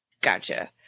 gotcha